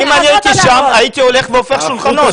אם אני הייתי שם הייתי הולך והופך שולחנות.